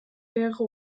wäre